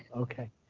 okay.